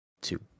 two